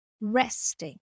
resting